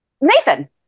Nathan